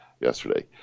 yesterday